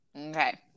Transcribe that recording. Okay